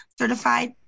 certified